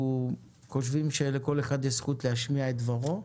חושבים שלכל אחד יש זכות להשמיע את דברו,